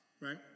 right